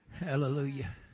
Hallelujah